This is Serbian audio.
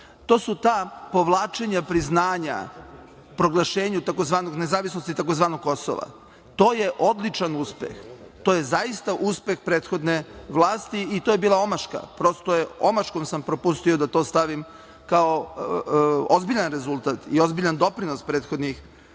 to su ta povlačenja priznanja proglašenju nezavisnosti tzv. „Kosova“. To je odličan uspeh, to je zaista uspeh prethodne vlasti. To je bila omaška, omaškom sam propustio da to stavim kao ozbiljan rezultat i kao ozbiljan doprinos prethodnih godina,